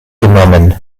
genommen